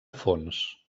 fons